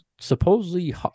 supposedly